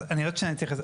אז עוד שנייה אני אתייחס.